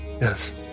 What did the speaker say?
Yes